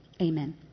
Amen